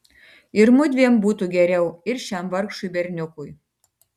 ir mudviem būtų geriau ir šiam vargšui berniukui